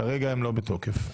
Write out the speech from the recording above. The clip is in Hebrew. כרגע הם לא בתוקף.